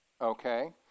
Okay